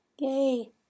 Yay